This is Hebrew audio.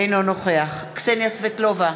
אינו נוכח קסניה סבטלובה,